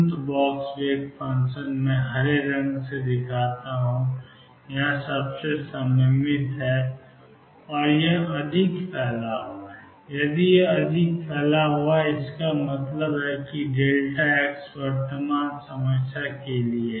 अनंत box wave function मैं हरे रंग से दिखाता हूं कि यहां सबसे सीमित है यहां सीमित है यहां यह अधिक फैला हुआ है यदि यह अधिक फैला हुआ है इसका मतलब है x वर्तमान समस्या के लिए